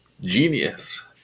Genius